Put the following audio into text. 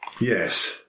Yes